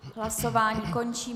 Hlasování končím.